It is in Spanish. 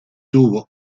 tuvo